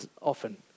often